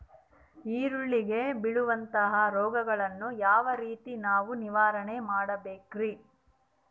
ಈರುಳ್ಳಿಗೆ ಬೇಳುವಂತಹ ರೋಗಗಳನ್ನು ಯಾವ ರೇತಿ ನಾವು ನಿವಾರಣೆ ಮಾಡಬೇಕ್ರಿ?